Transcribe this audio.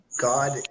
God